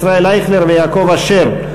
ישראל אייכלר ויעקב אשר,